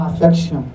affection